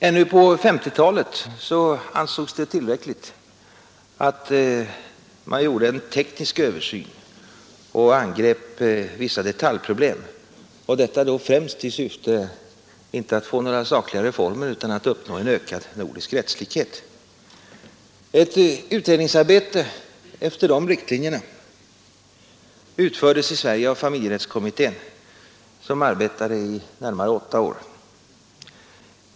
Ännu på 1950-talet ansågs det tillräckligt att man gjorde en teknisk översyn och angrep vissa detaljproblem, inte främst i syfte att få till stånd några sakliga reformer utan för att uppnå en ökad nordisk rättslikhet. Ett utredningsarbete efter de riktlinjerna utfördes i Sverige av familjerättskommittén, som arbetade i närmare åtta år.